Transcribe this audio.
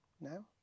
now